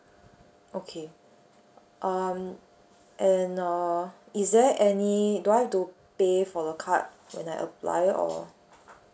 okay um and uh is there any do I have to pay for the card when I apply or